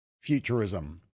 futurism